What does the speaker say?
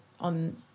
on